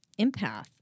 empath